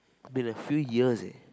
I've been a few years leh